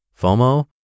FOMO